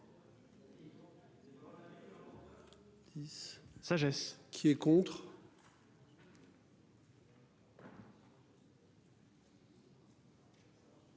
Sagesse. Qui est contre.